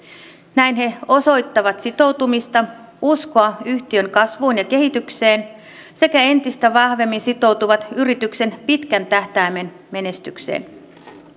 näin he osoittavat sitoutumista uskoa yhtiön kasvuun ja kehitykseen sekä entistä vahvemmin sitoutuvat yrityksen pitkän tähtäimen menestykseen